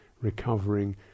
recovering